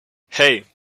hey